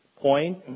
point